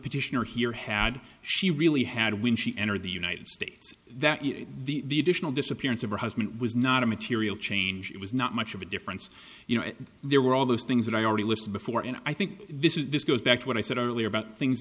petitioner here had she really had when she entered the united states that the disappearance of her husband was not a material change it was not much of a difference you know there were all those things that i already listed before and i think this is this goes back to what i said earlier about things